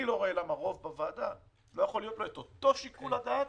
אני לא רואה למה לרוב בוועדה לא יכול להיות אותו שיקול הדעת